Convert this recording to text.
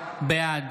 בעד